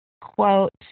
quote